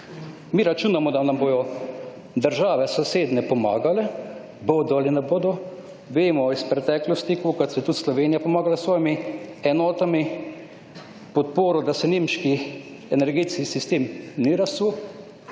Mi računamo, da nam bodo sosednje države pomagale, bodo ali ne bodo, vemo iz preteklosti kolikokrat je tudi Slovenija pomagala s svojimi enotami, podporo da se nemški energetski sistem ni razsul.